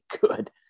good